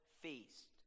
feast